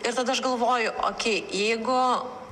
ir tada aš galvoju okei jeigu